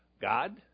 God